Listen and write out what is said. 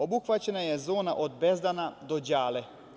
Obuhvaćena je zona od Bezdana do Đale.